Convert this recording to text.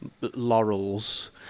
laurels